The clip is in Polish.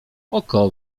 oko